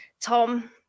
Tom